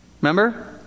Remember